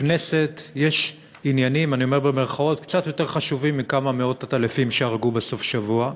לכנסת יש עניינים "קצת" יותר חשובים מכמה מאות עטלפים שהרגו בסוף שבוע,